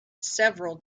several